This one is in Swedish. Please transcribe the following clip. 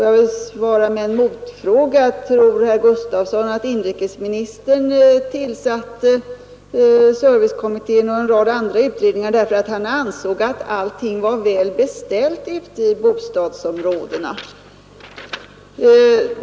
Jag vill svara med en motfråga: Tror herr Gustavsson att inrikesministern tillsatte servicekommittén och en rad andra utredningar därför att han ansåg att allting var väl beställt ute i de nya bostadsområdena?